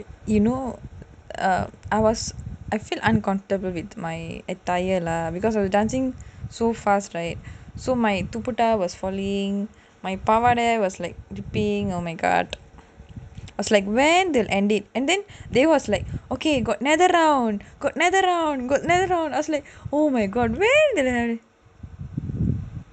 you know err I was I feel uncomfortable with my attire lah because of the dancing so fast right so my dupatta was falling my pavadai was like dripping oh my god I was like when they ending and then they was like okay got another round got another round I was like oh my god சண்டை வந்துடுச்சு:sandai vanthuduchu